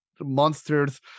Monsters